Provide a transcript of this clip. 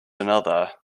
another